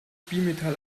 bimetall